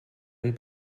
ein